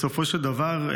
בסופו של דבר,